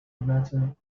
matter